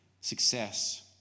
success